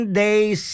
days